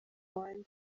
wanjye